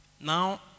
Now